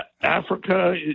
Africa